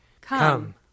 Come